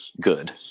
good